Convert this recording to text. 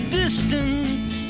distance